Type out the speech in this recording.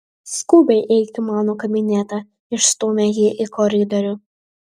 skubiai eik į mano kabinetą išstūmė jį į koridorių